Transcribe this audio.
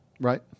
Right